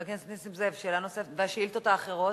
חבר הכנסת נסים זאב, שאלה נוספת, השאילתות האחרות.